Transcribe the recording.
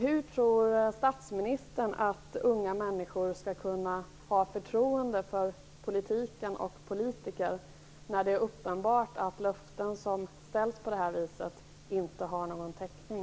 Hur tror statsministern att unga människor skall kunna ha förtroende för politiken och politiker när det är uppenbart att sådana här löften inte har någon täckning?